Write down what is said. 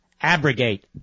abrogate